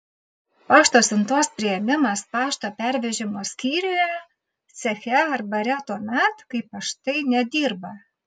pašto siuntos priėmimas pašto pervežimo skyriuje ceche ar bare tuomet kai paštai nedirba